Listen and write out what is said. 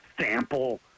sample